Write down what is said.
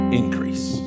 increase